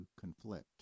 conflict